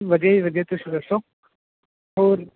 ਵਧੀਆ ਜੀ ਵਧੀਆ ਤੁਸੀਂ ਦੱਸੋ ਹੋਰ